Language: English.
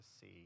see